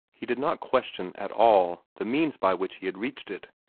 he did not question at all the means by which he had reached it.